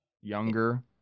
Younger